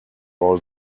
all